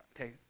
okay